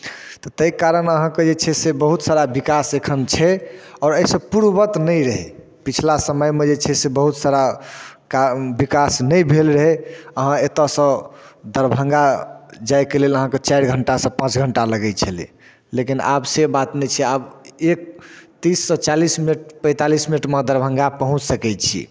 ताहि कारण अहाँके जे छै से बहुत सारा विकास एखन छै आओर एहि पूर्ववत नहि रहै पिछला समयमे जे छै से बहुत सारा काज विकास नहि भेल रहै अहाँ एतयसँ दरभंगा जाइके लेल अहाँके चारि घंटासँ पाँच घंटा लगै छलै लेकिन आब से बात नहि छै आब एक तीससँ चालिस मिनट पैंतालिस मिनटमे दरभंगा पहुँचि सकै छी